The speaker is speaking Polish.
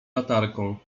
latarką